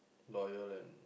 loyal and